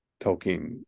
Tolkien